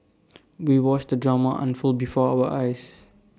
we watched the drama unfold before our eyes